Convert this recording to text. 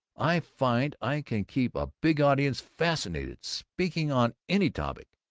i find i can keep a big audience fascinated, speaking on any topic.